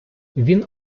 він